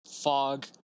fog